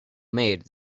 made